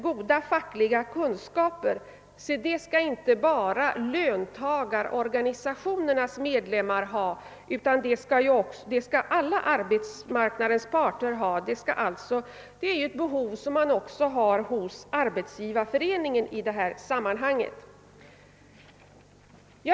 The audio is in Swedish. Goda fackliga kunskaper — se det skall inte bara löntagarorganisationernas medlemmar ha, utan det skall alla arbetsmarknadens parter ha. Det är ett behov som man också har hos Arbetsgivareföreningen i detta sammanhang.